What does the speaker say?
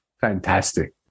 fantastic